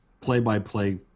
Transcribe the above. play-by-play